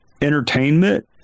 entertainment